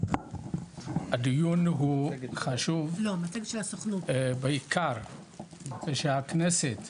הדיון הוא חשוב בעיקר כשהכנסת,